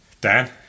Dan